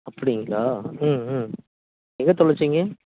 அப்படிங்களா ம் ம் எங்கே தொலைச்சீங்க